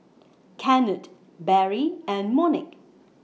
Kennard Barry and Monique